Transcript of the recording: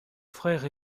frère